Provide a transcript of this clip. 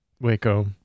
Waco